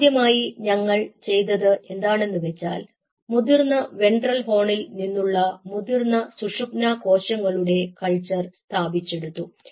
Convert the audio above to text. ആദ്യമായി ഞങ്ങൾ ചെയ്തത് എന്താണെന്ന് വെച്ചാൽ മുതിർന്ന വെൻട്രൽ ഹോണിൽ നിന്നുള്ള മുതിർന്ന സുഷുമ്നാ കോശങ്ങളുടെ കൾച്ചർ സ്ഥാപിച്ചെടുത്തു